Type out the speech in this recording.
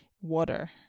water